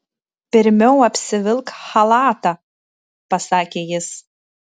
pirmiau apsivilk chalatą pasakė jis